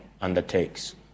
undertakes